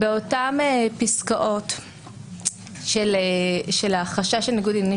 באותן פסקאות של החשש לניגוד עניינים